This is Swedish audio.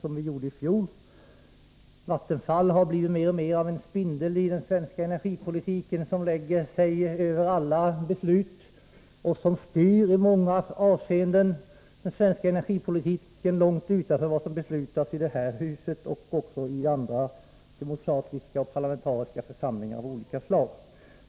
Vattenfall har i den svenska energipolitiken mer och mer blivit något av en spindel som lägger sig över alla beslut och som i många avseenden styr i energipolitiken, långt utöver vad som beslutats i det här huset och också i andra demokratiska och parlamentariska församlingar av olika slag.